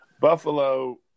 Buffalo